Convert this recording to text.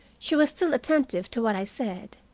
she was still attentive to what i said.